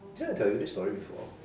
didn't I tell you this story before